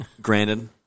granted